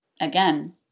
again